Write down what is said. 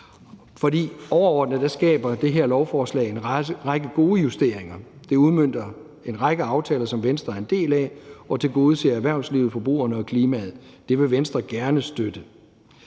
for overordnet medfører det her lovforslag en række gode justeringer. Det udmønter en række aftaler, som Venstre er en del af, og tilgodeser erhvervslivet, forbrugerne og klimaet. Det vil Venstre gerne støtte.